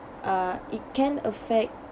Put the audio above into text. uh it can affect